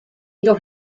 doch